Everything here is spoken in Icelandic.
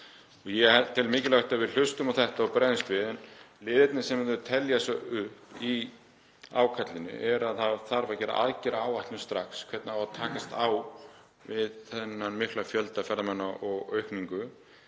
Ég tel mikilvægt að við hlustum á þetta og bregðumst við. Liðirnir sem þau telja svo upp í ákallinu er að það þarf að gera aðgerðaáætlun strax um það hvernig takast eigi á við þennan mikla fjölda ferðamanna og aukningu.